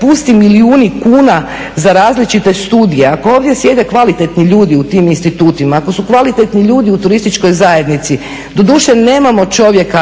pusti milijuni kuna za različite studije ako ovdje sjede kvalitetni ljudi u tim institutima, ako su kvalitetni ljudi u turističkoj zajednici. Doduše, nemamo čovjeka